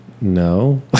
no